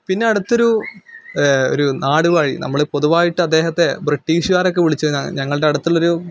പിന്നെ അടുത്തൊരു ഒരു നാടുവാഴി നമ്മൾ പൊതുവായിട്ട് അദ്ദേഹത്തെ ബ്രിട്ടീഷുകാരെ ഒക്കെ വിളിച്ച് ന ഞങ്ങളുടെ അടുത്തുള്ളൊരു